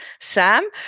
Sam